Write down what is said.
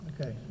Okay